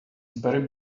barry